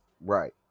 right